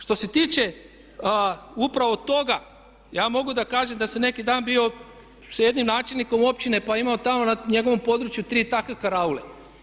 Što se tiče upravo toga ja mogu da kažem da sam neki dan bio s jednim načelnikom općine pa ima tamo na njegovom području tri takve karaule.